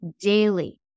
daily